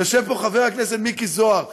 יושב פה חבר הכנסת מיקי זוהר,